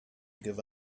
give